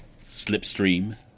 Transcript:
Slipstream